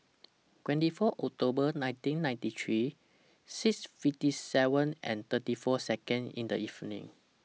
twenty four October nineteen ninetyt three six fifty seven and thirty four Second in The evening